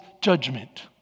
judgment